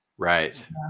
Right